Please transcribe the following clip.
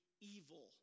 evil